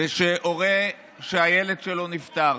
שהורה שהילד שלו נפטר